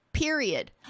period